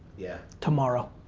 yeah. tomorrow.